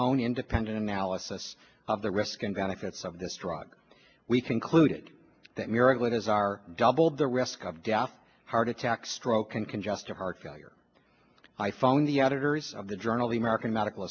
own independent analysis of the risk and benefit some of the struggle we concluded that miracle it is our doubled the risk of death heart attack stroke and congestive heart failure i phone the editors of the journal the american medical